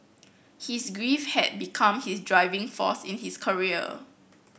his grief had become his driving force in his career